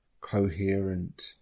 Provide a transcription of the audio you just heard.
coherent